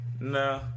No